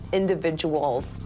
individual's